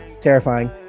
terrifying